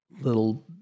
little